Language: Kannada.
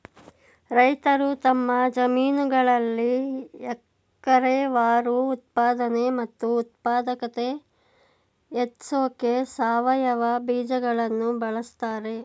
ರೈತರು ತಮ್ಮ ಜಮೀನುಗಳಲ್ಲಿ ಎಕರೆವಾರು ಉತ್ಪಾದನೆ ಮತ್ತು ಉತ್ಪಾದಕತೆ ಹೆಚ್ಸೋಕೆ ಸಾವಯವ ಬೀಜಗಳನ್ನು ಬಳಸ್ತಾರೆ